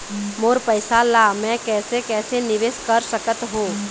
मोर पैसा ला मैं कैसे कैसे निवेश कर सकत हो?